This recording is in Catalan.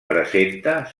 presenta